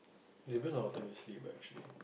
they burn our time to sleep what actually